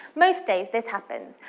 most days this happens.